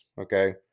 Okay